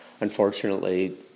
Unfortunately